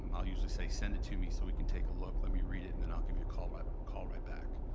um i'll usually say, send it to me so we can take a look. let me read it, and then i'll give you a call right call right back.